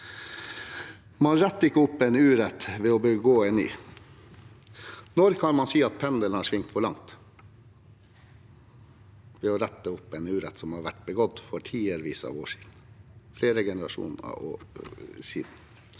Man retter ikke opp en urett ved å begå en ny. Når kan man si at pendelen har svingt for langt, ved å rette opp en urett som har vært begått for mange tiår siden, flere generasjoner siden?